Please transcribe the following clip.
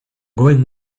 going